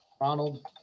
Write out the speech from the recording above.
Ronald